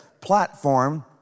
platform